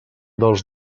dels